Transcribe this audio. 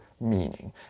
meaning